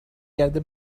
گرده